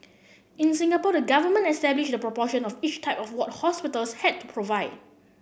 in Singapore the government established the proportion of each type of ward hospitals had to provide